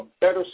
better